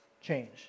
change